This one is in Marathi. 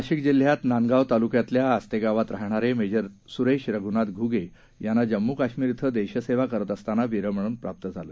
नाशिक जिल्ह्यात नांदगाव तालुक्यातल्या आस्ते गावात राहणारे मेजर सुरेश रघुनाथ घुगे यांना जम्मू काश्मीर इथं देशसेवा करत असताना वीरमरण प्राप्त झालं